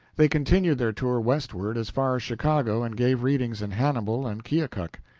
they continued their tour westward as far as chicago and gave readings in hannibal and keokuk.